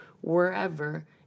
wherever